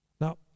Now